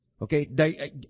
Okay